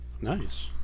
Nice